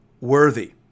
worthy